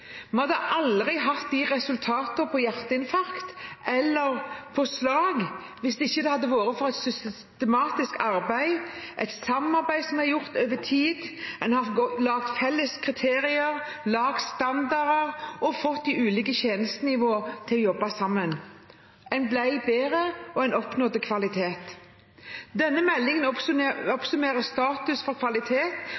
slag hvis det ikke hadde vært for et systematisk arbeid, et samarbeid gjort over tid. En har laget felles kriterier, laget standarder og fått de ulike tjenestenivåer til å jobbe sammen. En ble bedre, og en oppnådde kvalitet. Denne meldingen